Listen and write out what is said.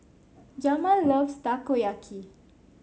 Jamal loves Takoyaki